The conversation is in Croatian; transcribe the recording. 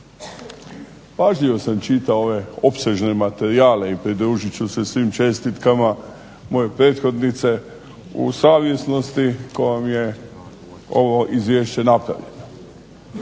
Pažljivo sam čitao ove opsežne materijale i pridružit ću se svim čestitkama moje prethodnice u savjesnosti kojom je ovo izvješće napravljeno.